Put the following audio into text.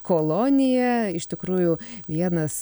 kolonija iš tikrųjų vienas